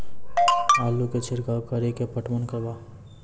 आलू छिरका कड़ी के पटवन करवा?